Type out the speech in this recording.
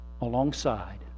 alongside